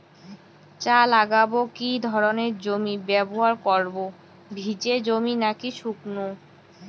চা লাগাবো কি ধরনের জমি ব্যবহার করব ভিজে জমি নাকি শুকনো?